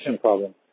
problem